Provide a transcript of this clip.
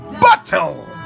battle